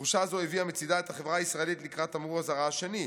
תחושה זו הביאה מצידה את החברה הישראלית לקראת תמרור האזהרה השני,